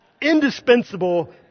indispensable